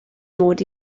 mod